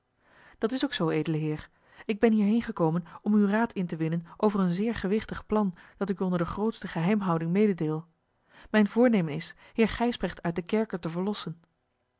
dat is ook zoo edele heer ik ben hierheen gekomen om uw raad in te winnen over een zeer gewichtig plan dat ik u onder de grootste geheimhouding mededeel mijn voornemen is heer gijsbrecht uit den kerker te verlossen